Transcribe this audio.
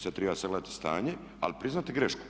Sad treba sagledati stanje ali priznati grešku.